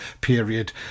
period